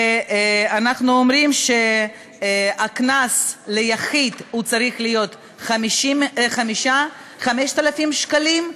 ואנחנו אומרים שהקנס ליחיד צריך להיות 5,000 שקלים,